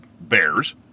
bears